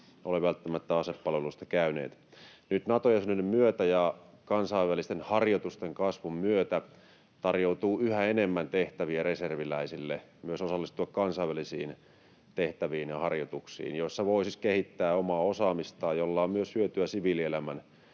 ole välttämättä asepalvelusta käyneet. Nyt Nato-jäsenyyden myötä ja kansainvälisten harjoitusten kasvun myötä tarjoutuu yhä enemmän tehtäviä reserviläisille osallistua myös kansainvälisiin tehtäviin ja harjoituksiin, joissa voi siis kehittää omaa osaamistaan, mistä on myös hyötyä siviilielämän